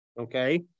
okay